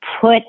put